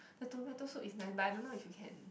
the tomato soup is nice but I don't know if you can